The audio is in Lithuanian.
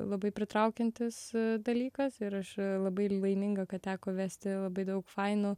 labai pritraukiantis dalykas ir aš labai laiminga kad teko vesti labai daug fainų